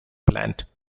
plant